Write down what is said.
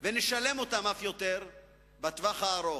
ונשלם אותם אף יותר בטווח הארוך.